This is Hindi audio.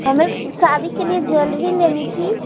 हमें शादी के लिए ज्वेलरी लेनी थी